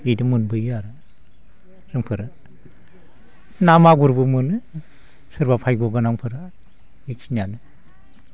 बेदों मोनबोयो आरो जोंफोरो ना मागुरबो मोनो सोरबा भायग गोनांफोरा बेखिनियानो